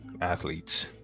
athletes